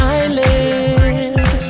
island